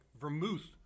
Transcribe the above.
vermouth